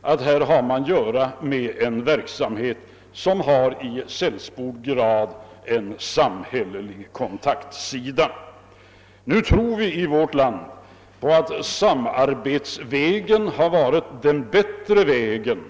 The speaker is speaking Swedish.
att det är fråga om en verksamhet som i sällspord grad innebär kontakter med samhället. Vi tror i vårt land att samarbetsvägen har varit den bättre vägen.